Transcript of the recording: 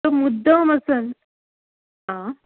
तो मुद्दम असोन आ